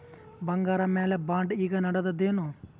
ಬಂಗಾರ ಮ್ಯಾಲ ಬಾಂಡ್ ಈಗ ನಡದದೇನು?